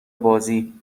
بازی